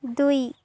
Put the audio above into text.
ଦୁଇ